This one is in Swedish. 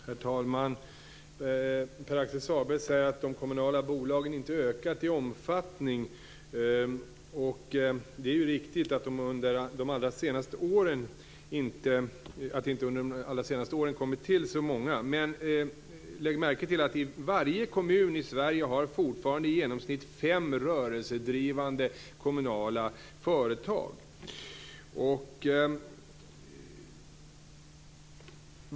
Herr talman! Pär-Axel Sahlberg säger att de kommunala bolagen inte har ökat i omfattning, och det är riktigt att det under de allra senaste åren inte har kommit till så många. Men lägg märke till att varje kommun i Sverige fortfarande i genomsnitt har fem rörelsedrivande kommunägda företag!